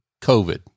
COVID